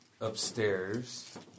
Upstairs